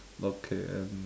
okay and